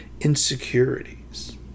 insecurities